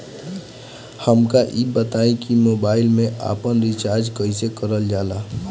हमका ई बताई कि मोबाईल में आपन रिचार्ज कईसे करल जाला?